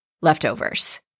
leftovers